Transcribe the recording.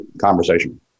conversation